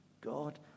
God